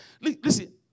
Listen